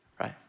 right